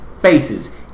Faces